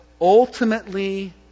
ultimately